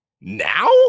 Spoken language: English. Now